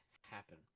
happen